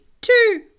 two